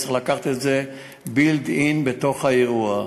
צריך לקחת את זה built-in בתוך האירוע.